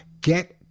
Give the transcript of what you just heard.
get